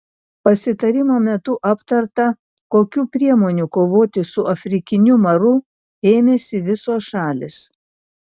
pasitarimo metu aptarta kokių priemonių kovoti su afrikiniu maru ėmėsi visos šalys